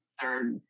third